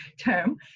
term